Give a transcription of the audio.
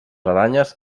aranyes